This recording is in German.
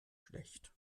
schlecht